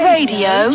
Radio